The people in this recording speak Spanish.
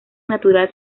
natural